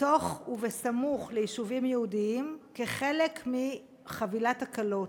בתוך ובסמוך ליישובים יהודיים כחלק מחבילת הקלות.